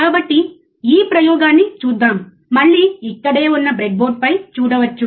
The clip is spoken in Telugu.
కాబట్టి ఈ ప్రయోగాన్ని చూద్దాం మళ్ళీ ఇక్కడే ఉన్న బ్రెడ్బోర్డుపై చూడవచ్చు